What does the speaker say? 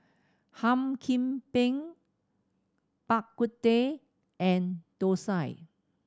Hum Chim Peng Bak Kut Teh and thosai